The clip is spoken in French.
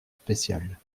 spéciales